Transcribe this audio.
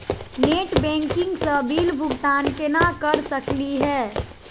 Net banking स bill भुगतान केना कर सकली हे?